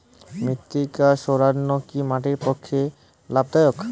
মৃত্তিকা সৌরায়ন কি মাটির পক্ষে লাভদায়ক?